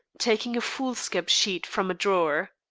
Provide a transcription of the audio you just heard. taking a foolscap sheet from a drawer.